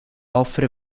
offre